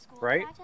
Right